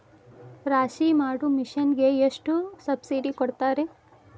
ರಾಶಿ ಮಾಡು ಮಿಷನ್ ಗೆ ಎಷ್ಟು ಸಬ್ಸಿಡಿ ಕೊಡ್ತಾರೆ?